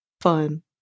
fun